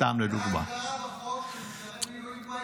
סתם לדוגמה --- זאת ההגדרה בחוק של משרת מילואים פעיל.